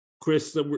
Chris